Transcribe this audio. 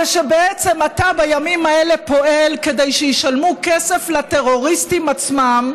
ושבעצם אתה בימים האלה פועל כדי שישלמו כסף לטרוריסטים עצמם,